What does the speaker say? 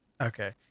Okay